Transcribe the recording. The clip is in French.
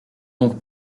donc